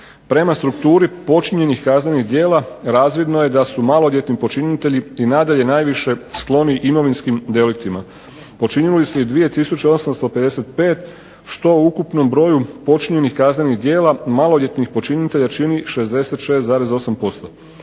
Prema strukturi počinjenih kaznenih djela razvidno je da u maloljetni počinitelji i nadalje najviše skloni imovinskim deliktima. Počinili su ih 2855 što u ukupnom broju počinjenih kaznenih djela maloljetnih počinitelja čini 66,8%.